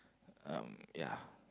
um ya